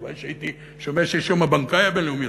הלוואי שהייתי שומע שיש יום הבנקאי הבין-לאומי,